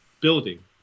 building